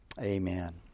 Amen